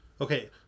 Okay